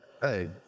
Hey